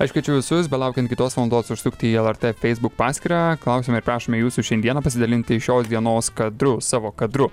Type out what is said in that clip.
aš kviečiu visus belaukiant kitos valandos užsukti į lrt facebook paskyrą klausiame ir prašome jūsų šiandieną pasidalinti šios dienos kadru savo kadru